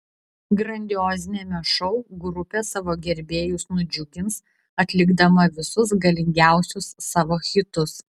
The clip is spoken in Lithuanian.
grandioziniame šou grupė savo gerbėjus nudžiugins atlikdama visus galingiausius savo hitus